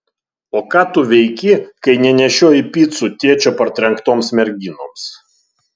o ką tu veiki kai nenešioji picų tėčio partrenktoms merginoms